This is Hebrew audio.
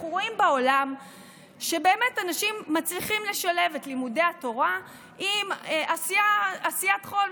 אנחנו רואים בעולם שאנשים מצליחים לשלב את לימודי התורה ב"עשיית חול",